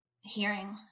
hearing